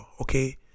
okay